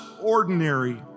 ordinary